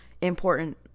important